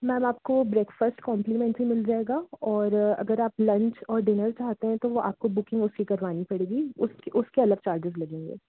ma'am आपको breakfast complimentary मिल जाएगा और अगर आप लंच और डिनर चाहते हैं तो वो आपको बुकिंग उसकी करवानी पड़ेगी उस उसके अलग चार्जेज़ लगेंगे